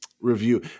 review